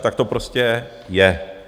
Tak to prostě je.